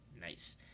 Nice